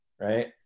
right